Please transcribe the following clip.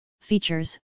features